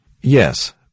Yes